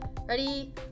Ready